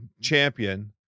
champion